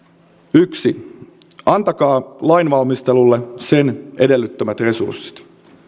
yksi antakaa lainvalmistelulle sen edellyttämät resurssit